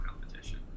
competition